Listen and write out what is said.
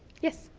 yes?